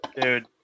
dude